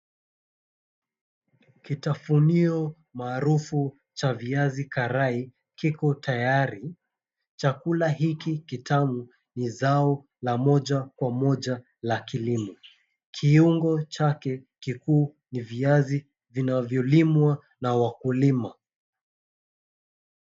Kitafunio maarufu cha viazi karai kiko tayari, chakula hiki kitamu ni zao la moja kwa moja la kilimo. Kiungo chake kikuu ni viazi vinavyolimwa na wakulima.